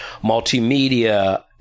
multimedia